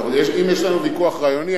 אם יש לנו ויכוח רעיוני,